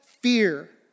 fear